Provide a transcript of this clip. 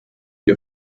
die